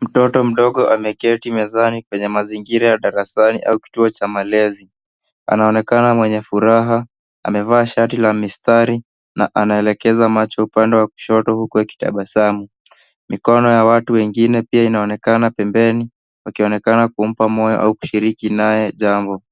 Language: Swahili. Mtoto mdogo ameketi mezani kwenye mazingira ya darasani au kituo cha malezi. Anaonekana mwenye furaha, amevaa shati la mistari na anaelekeza macho upande wa kushoto huku akitabasamu. Mikono ya watu wengine pia inaonekana pembeni wakionekana kumpa moyo au kushiriki naye jambo.